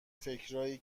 فکرایی